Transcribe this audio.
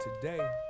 today